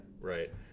Right